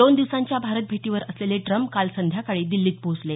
दोन दिवसाच्या भारत भेटीवर असलेले ट्रम्प काल संध्याकाळी दिल्लीत पोहोचले